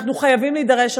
אנחנו חייבים להידרש,